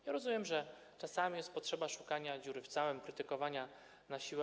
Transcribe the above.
Ja rozumiem, że czasami jest potrzeba szukania dziury w całym, krytykowania na siłę.